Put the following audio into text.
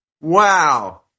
Wow